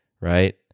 right